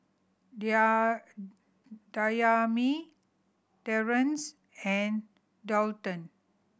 Dayami Terrence and Daulton